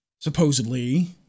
supposedly